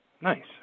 Nice